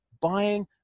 buying